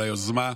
על היוזמה.